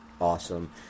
Awesome